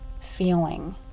feeling